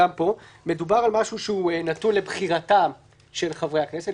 גם פה מדובר על משהו שנתון לבחירתם של חברי הכנסת,